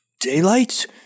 Daylight